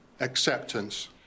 acceptance